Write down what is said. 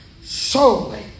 solely